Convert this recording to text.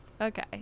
Okay